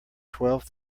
twelve